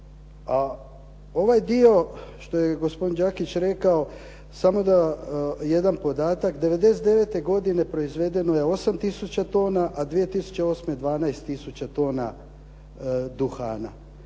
ovaj dio što je gospodin Đakić rekao samo da jedan podatak, '99. godine proizvedeno je 8 tisuća tona, a 2008. 12 tisuća tona duhana.